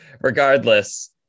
Regardless